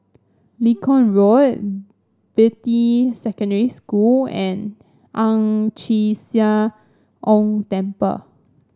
Lincoln Road Beatty Secondary School and Ang Chee Sia Ong Temple